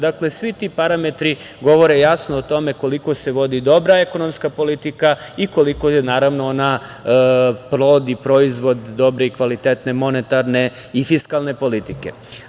Dakle, svi ti parametri govore jasno o tome koliko se vodi dobra ekonomska politika i koliko je, naravno, ona plod i proizvod dobre i kvalitetne monetarne i fiskalne politike.